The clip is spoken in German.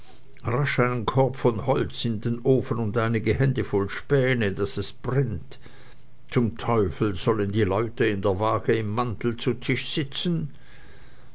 einen korb holz in den ofen und einige hände voll späne daß es brennt zum teufel sollen die leute in der waage im mantel zu tisch sitzen